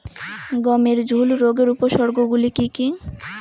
গমের ঝুল রোগের উপসর্গগুলি কী কী?